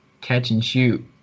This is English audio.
catch-and-shoot